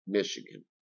Michigan